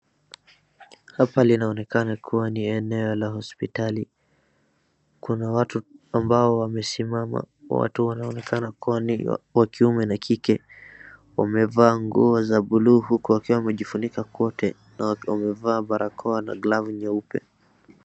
Hapa linaonekana kuwa ni eneo la hospitali, kuna watu ambao wamesimama, watu wanaonekana kuwa ni wa kiume na kike. Wamevaa nguo za buluu huku wakiwa wamejifunika kwote, na wamevaa barakoa na glavu nyeupe.